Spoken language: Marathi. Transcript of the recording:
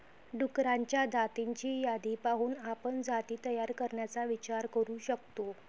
डुक्करांच्या जातींची यादी पाहून आपण जाती तयार करण्याचा विचार करू शकतो